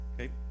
Okay